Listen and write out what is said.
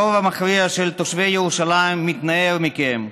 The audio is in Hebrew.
הרוב המכריע של תושבי ירושלים מתנער מכם,